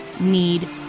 need